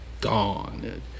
gone